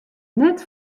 net